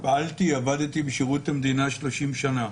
פעלתי, עבדתי בשירות המדינה 30 שנה,